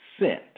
sent